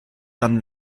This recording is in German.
dann